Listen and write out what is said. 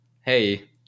hey